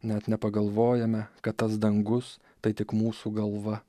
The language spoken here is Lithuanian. net nepagalvojame kad tas dangus tai tik mūsų galva